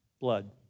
blood